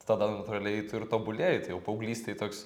tada natūraliai tu ir tobulėji tai jau paauglystėj toks